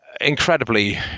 incredibly